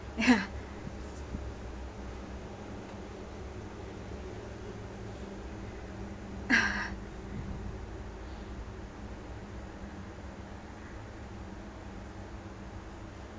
ya